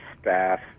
staff